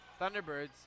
Thunderbirds